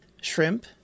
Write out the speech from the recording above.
shrimp